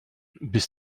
bis